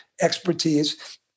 expertise